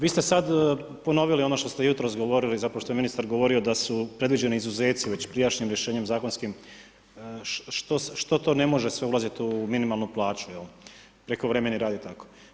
Vi ste sad ponovili ono što ste jutros govorili, zapravo, što je ministar govorio da su predviđeni izuzeci već prijašnjim rješenjem zakonskim što to sve ne može ulaziti u minimalnu plaću, prekovremeni rad i tako.